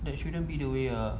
that shouldn't be the way ah